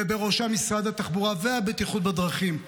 ובראשם משרד התחבורה והבטיחות בדרכים,